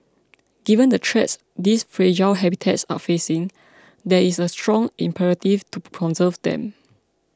given the threats these fragile habitats are facing there is a strong imperative to conserve them